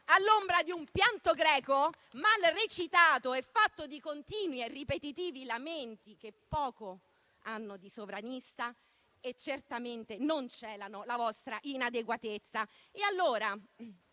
all'ombra di un pianto greco mal recitato e fatto di continui e ripetitivi lamenti che poco hanno di sovranista e certamente non celano la vostra inadeguatezza. Allora,